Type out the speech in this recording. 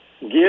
give